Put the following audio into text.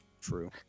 true